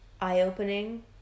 eye-opening